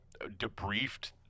debriefed